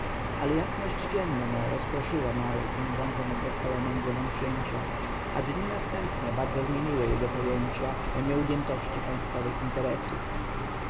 ale jasność dzienna rozproszyła mary krążące nad rozpaloną głową księcia a dni następne bardzo zmieniły jego pojęcia o nieugiętości państwowych interesów